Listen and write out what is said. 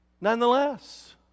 nonetheless